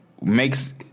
Makes